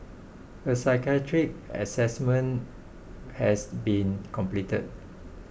a psychiatric assessment has been completed